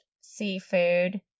seafood